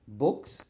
books